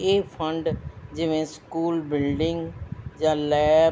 ਇਹ ਫੰਡ ਜਿਵੇਂ school building ਜਾਂ ਲੈਬ